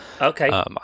Okay